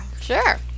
Sure